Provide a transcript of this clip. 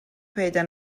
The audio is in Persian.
پیدا